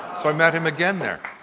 so i met him again there.